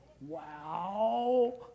Wow